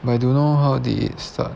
but I don't know how did it start